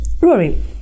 Rory